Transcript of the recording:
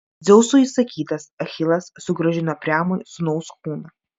dzeuso įsakytas achilas sugrąžino priamui sūnaus kūną